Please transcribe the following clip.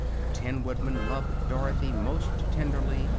the tin woodman loved dorothy most tenderly,